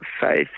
faith